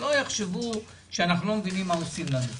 שלא יחשבו שאנחנו לא מבינים מה רוצים מאתנו.